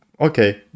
Okay